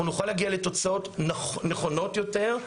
אנחנו נוכל להגיע לתוצאות נכונות יותר.